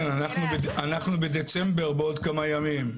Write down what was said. קרן, אנחנו בדצמבר בעוד כמה ימים.